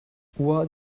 what